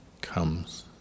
comes